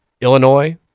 Illinois